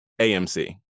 AMC